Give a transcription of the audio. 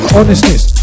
honestness